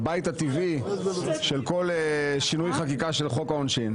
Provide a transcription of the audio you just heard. הבית הטבעי של כל שינוי חקיקה של חוק העונשין.